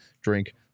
drink